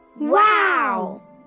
Wow